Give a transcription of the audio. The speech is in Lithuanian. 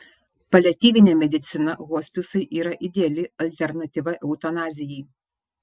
paliatyvinė medicina hospisai yra ideali alternatyva eutanazijai